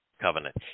covenant